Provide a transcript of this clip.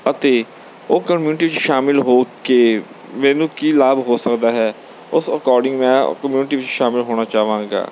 ਅਤੇ ਉਹ ਕਮਿਊਨਿਟੀ 'ਚ ਸ਼ਾਮਿਲ ਹੋ ਕਿ ਮੈਨੂੰ ਕੀ ਲਾਭ ਹੋ ਸਕਦਾ ਹੈ ਉਸ ਅਕੋਰਡਿੰਗ ਮੈਂ ਕਮਿਊਨਿਟੀ ਵਿੱਚ ਸ਼ਾਮਿਲ ਹੋਣਾ ਚਾਹਵਾਂਗਾ